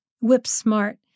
whip-smart